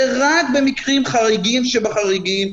ורק במקרים חריגים שבחריגים,